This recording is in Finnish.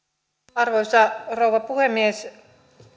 arvoisa rouva puhemies